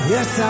Yes